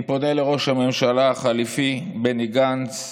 אני פונה לראש הממשלה החליפי בני גנץ,